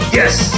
yes